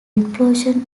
implosion